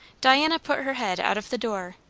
diana put her head out of the door,